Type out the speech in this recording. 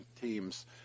teams